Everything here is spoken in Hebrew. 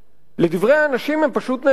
לדברי האנשים, הם פשוט נעלמו.